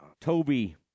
Toby